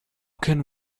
can